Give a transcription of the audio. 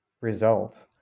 result